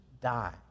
die